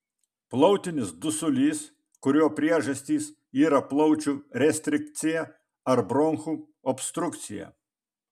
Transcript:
plautinis dusulys kurio priežastys yra plaučių restrikcija ar bronchų obstrukcija